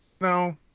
no